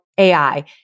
AI